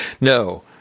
no